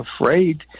afraid